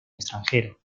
extranjero